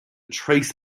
trace